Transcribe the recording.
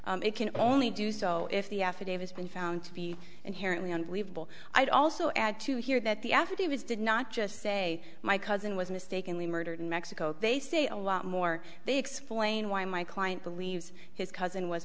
it can only do so if the affidavits been found to be inherently unbelievable i'd also add to here that the affidavits did not just say my cousin was mistakenly murdered in mexico they say a lot more they explain why my client believes his cousin was